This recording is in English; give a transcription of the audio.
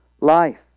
life